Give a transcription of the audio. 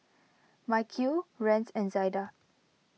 Mikeal Rance and Zaida